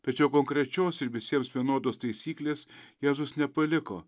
tačiau konkrečios ir visiems vienodos taisyklės jėzus nepaliko